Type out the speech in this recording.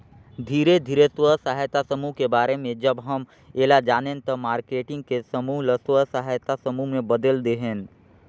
धीरे धीरे स्व सहायता समुह के बारे में जब हम ऐला जानेन त मारकेटिंग के समूह ल स्व सहायता समूह में बदेल देहेन